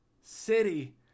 City